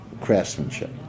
craftsmanship